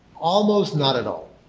almost not at all.